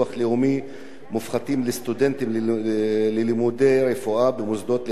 לסטודנטים ללימודי רפואה במוסדות להשכלה גבוהה בחוץ-לארץ.